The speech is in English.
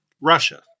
Russia